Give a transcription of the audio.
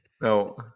no